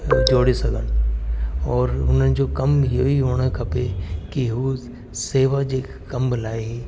जोड़े सघनि और हुननि जो कम बि इहो ई हुअण खपे कि उहे सेवा जे कमु लाइ